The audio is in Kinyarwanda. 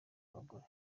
abagore